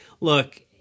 look